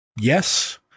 Yes